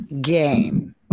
game